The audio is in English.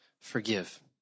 forgive